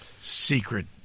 secret